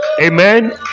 Amen